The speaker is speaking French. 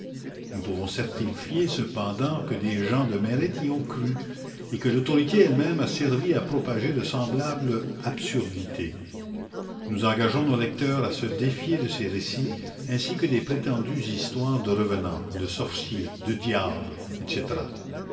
nous pouvons certifier cependant que des gens de mérite y ont cru et que l'autorité elle-même a servi à propager de semblables absurdités nous engageons nos lecteurs à se défier de ces récits ainsi que des prétendues histoires de revenans de sorciers de diables etc